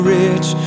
rich